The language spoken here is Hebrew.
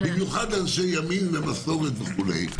במיוחד אנשי ימין ומסורת וכו',